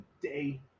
day